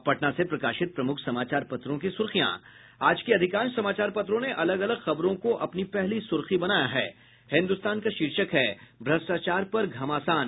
अब पटना से प्रकाशित प्रमुख समाचार पत्रों की सुर्खियां आज के अधिकांश समाचार पत्रों ने अलग अलग खबरों को अपनी पहली सुर्खी बनाया है हिन्दुस्तान का शीर्षक है भ्रष्टाचार पर घमासान